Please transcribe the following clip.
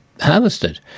harvested